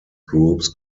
groups